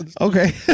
Okay